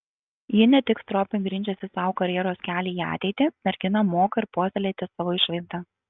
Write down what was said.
ji ne tik stropiai grindžiasi sau karjeros kelią į ateitį mergina moka ir puoselėti savo išvaizdą